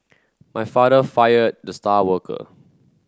my father fired the star worker